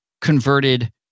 converted